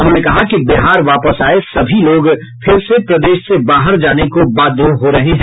उन्होंने कहा कि बिहार वापस आए सभी लोग फिर से प्रदेश से बाहर जाने को बाध्य हो रहे हैं